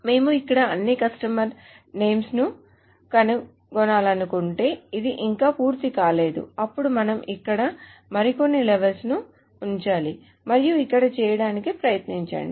మేము ఇప్పుడు అన్ని కస్టమర్ల నేమ్స్ ను కనుగొనాలనుకుంటే ఇది ఇంకా పూర్తి కాలేదు అప్పుడు మనం ఇక్కడ మరికొన్ని లెవెల్స్ ను ఉంచాలి మరియు ఇక్కడ చేయటానికి ప్రయత్నించండి